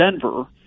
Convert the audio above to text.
Denver